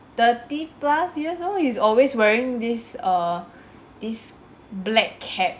thirty plus years old he's always wearing this err black cap